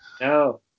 No